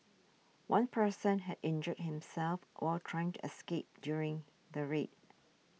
one person had injured himself while trying to escape during the raid